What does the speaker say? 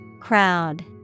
Crowd